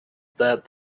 that